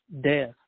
death